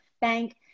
bank